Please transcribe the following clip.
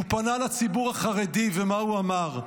הוא פנה לציבור החרדי ומה הוא אמר?